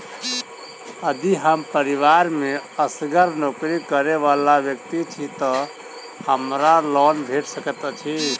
यदि हम परिवार मे असगर नौकरी करै वला व्यक्ति छी तऽ हमरा लोन भेट सकैत अछि?